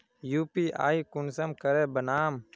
UPI कुंसम करे बनाम?